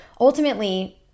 ultimately